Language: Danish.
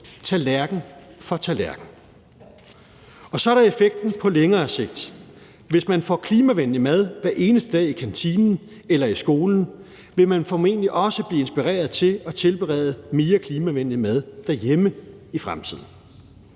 tallerken for tallerken. Og så er der effekten på længere sigt: Hvis man får klimavenlig mad hver eneste dag i kantinen eller i skolen, vil man formentlig også blive inspireret til at tilberede mere klimavenlig mad derhjemme i fremtiden.